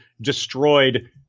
destroyed